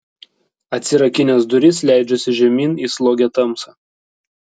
atsirakinęs duris leidžiuosi žemyn į slogią tamsą